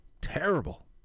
terrible